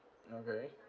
okay